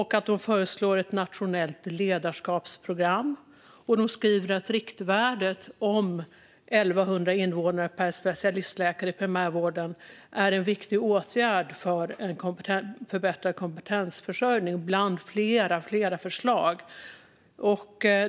Man föreslår också ett nationellt ledarskapsprogram. Man skriver också att riktvärdet på 1 100 invånare per specialistläkare i primärvården är en viktig åtgärd för en förbättrad kompetensförsörjning. Man ger även fler förslag.